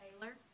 Taylor